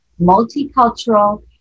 multicultural